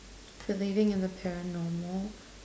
believing in the paranormal